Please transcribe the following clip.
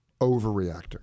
overreacting